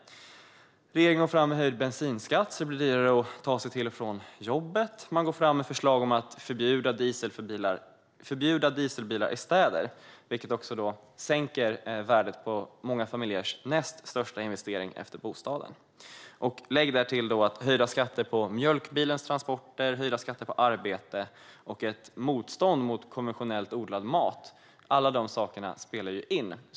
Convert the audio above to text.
Regeringen går fram med höjd bensinskatt så att det blir dyrare att ta sig till och från jobbet. De går fram med förslag om att förbjuda dieselbilar i städer, vilket sänker värdet på många familjers näst största investering, efter bostaden. Därtill kan läggas höjda skatter på mjölkbilens transporter, höjda skatter på arbete och ett motstånd mot konventionellt odlad mat - alla dessa saker spelar in.